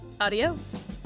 adios